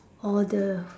or the